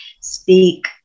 speak